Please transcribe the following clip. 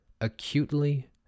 acutely